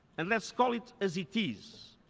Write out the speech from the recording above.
and let's call it as it is.